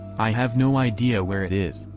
i have no idea where it is,